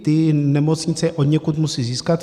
Ty nemocnice je odněkud musí získat.